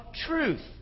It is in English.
truth